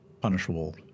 punishable